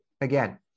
again